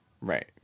Right